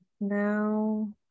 now